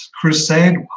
crusade